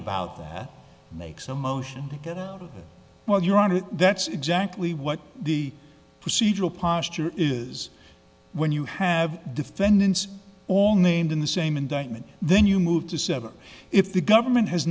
about that makes a motion to get out of it while you're on it that's exactly what the procedural posture is when you have defendants all named in the same indictment then you move to seven if the government